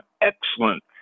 excellent